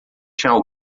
tinham